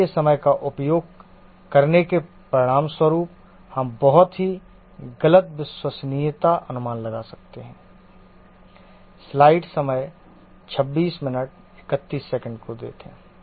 घड़ी के समय का उपयोग करने के परिणामस्वरूप हम बहुत ही गलत विश्वसनीयता अनुमान लगा सकते हैं